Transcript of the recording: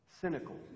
cynical